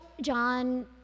John